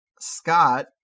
Scott